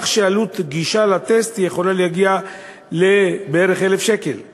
כך שעלות הגישה לטסט יכולה להגיע ל-1,000 שקל בערך.